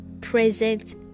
present